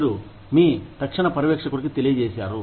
మీరు మీ తక్షణ పర్యవేక్షకుడుకి తెలియజేశారు